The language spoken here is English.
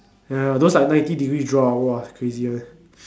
ya those like ninety degree drop !wah! crazy one